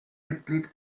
mitglied